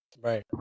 Right